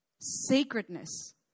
sacredness